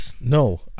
No